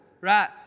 Right